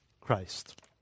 Christ